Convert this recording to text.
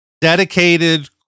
dedicated